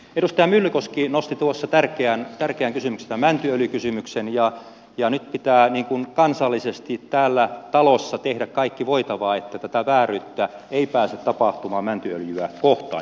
edustaja myllykoski nosti tärkeän kysymyksen tämän mäntyöljykysymyksen ja nyt pitää kansallisesti täällä talossa tehdä kaikki voitava että tätä vääryyttä ei pääse tapahtumaan mäntyöljyä kohtaan